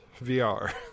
VR